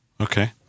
Okay